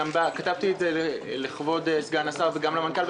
גם כתבתי את זה לכבוד סגן השר ולמנכ"ל.